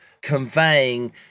conveying